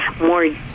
more